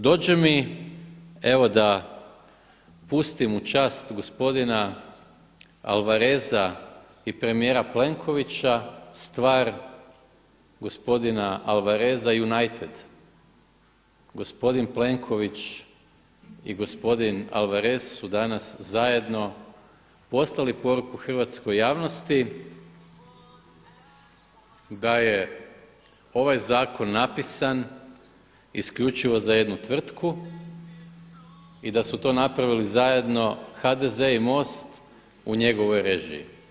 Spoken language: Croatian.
Dođe mi evo da pustim u čast gospodina Alvareza i premijera Plenkovića stvar gospodina Alvareza „United“, gospodin Plenković i gospodin Alvarez su danas zajedno poslali poruku hrvatskoj javnosti da je ovaj zakon napisan isključivo za jednu tvrtku i da su to napravili zajedno HDZ i MOST u njegovoj režiji.